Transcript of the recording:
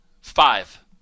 Five